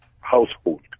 household